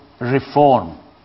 reform